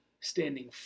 standing